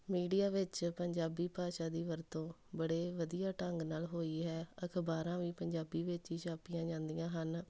media ਵਿੱਚ ਪੰਜਾਬੀ ਭਾਸ਼ਾ ਦੀ ਵਰਤੋਂ ਬੜੇ ਵਧੀਆ ਢੰਗ ਨਾਲ ਹੋਈ ਹੈ ਅਖ਼ਬਾਰਾਂ ਵੀ ਪੰਜਾਬੀ ਵਿੱਚ ਹੀ ਛਾਪੀਆਂ ਜਾਂਦੀਆਂ ਹਨ